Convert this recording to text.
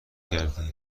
کردی